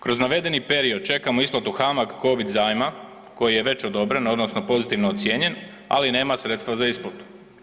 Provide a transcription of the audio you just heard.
Kroz navedeni period čekamo isplatu HAMAG covid zajma koji je već odobren odnosno pozitivno ocijenjen, ali nema sredstva za isplatu.